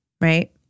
right